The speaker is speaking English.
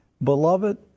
Beloved